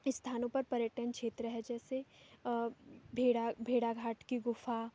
इस्थानों पर पर्यटन क्षेत्र हैं जैसे भेड़ा भेड़ाघाट की गुफ़ा